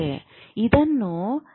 ಇದನ್ನು ಚಿಕಿತ್ಸೆಗೆ ಬಳಸಲಾಗುತ್ತದೆ